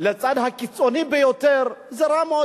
לצד הקיצוני ביותר, זה רע מאוד.